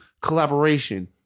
collaboration